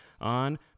on